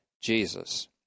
Jesus